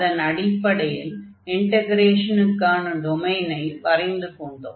அதன் அடிப்படையில் இன்டக்ரேஷனுக்கான டொமைனை வரைந்து கொண்டோம்